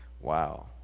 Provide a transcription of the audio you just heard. Wow